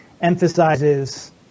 emphasizes